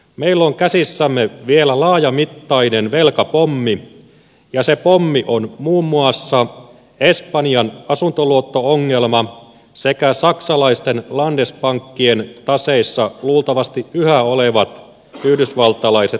meillä on käsissämme vielä laajamittainen velkapommi ja se pommi on muun muassa espanjan asuntoluotto ongelma sekä saksalaisten landesbankien taseissa luultavasti yhä olevat yhdysvaltalaiset ongelmaluotot